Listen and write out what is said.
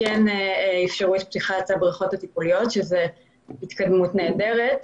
כן איפשרו את פתיחת הבריכות הטיפוליות וזו התקדמות נהדרת.